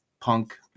punk